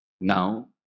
Now